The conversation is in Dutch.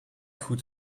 goed